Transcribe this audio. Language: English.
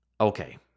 Okay